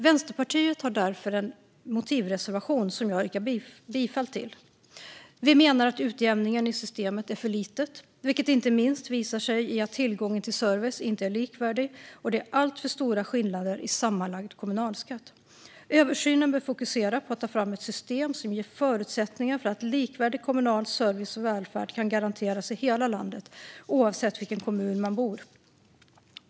Vänsterpartiet har därför en motivreservation, som jag yrkar bifall till. Vi menar att utjämningen i systemet är för liten, vilket inte minst visar sig i att tillgången till service inte är likvärdig och att det är alltför stora skillnader i sammanlagd kommunalskatt. Översynen bör fokusera på att ta fram ett system som ger förutsättningar för att likvärdig kommunal service och välfärd ska kunna garanteras i hela landet, oavsett i vilken kommun man bor.